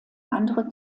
andere